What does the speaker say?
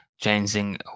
changing